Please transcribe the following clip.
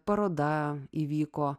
paroda įvyko